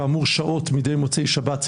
כאמור שעות מדי מוצאי שבת,